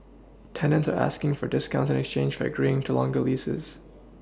tenants are asking for discounts in exchange for agreeing to longer leases